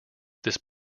this